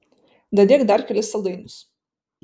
dadėk dar kelis saldainius